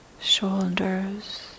shoulders